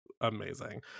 amazing